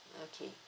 okay